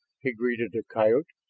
he greeted the coyote.